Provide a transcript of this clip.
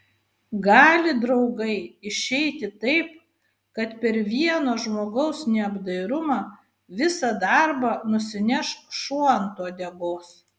gali draugai išeiti taip kad per vieno žmogaus neapdairumą visą darbą nusineš šuo ant uodegos